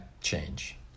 change